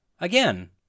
Again